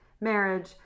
Marriage